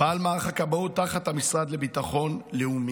פעל מערך הכבאות תחת המשרד לביטחון לאומי,